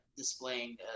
displaying